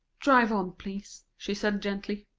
drive on, please, she said gently.